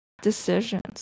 decisions